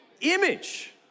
image